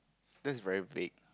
that's very vague